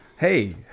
Hey